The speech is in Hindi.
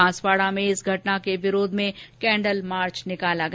बांसवाडा में घटना के विरोध मे कैंडल मार्च निकाला गया